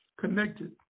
connected